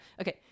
Okay